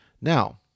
Now